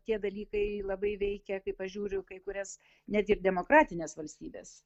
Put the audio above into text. tie dalykai labai veikia kai pažiūriu kai kurias net ir demokratines valstybes